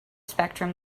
spectrum